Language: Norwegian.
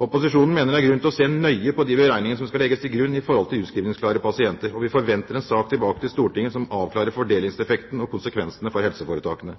Opposisjonen mener det er grunn til å se nøye på de beregningene som skal legges til grunn for utskrivningsklare pasienter, og vi forventer en sak tilbake til Stortinget som avklarer fordelingseffekten og konsekvensene for helseforetakene.